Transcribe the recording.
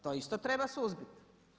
To isto treba suzbiti.